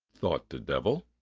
thought the devil.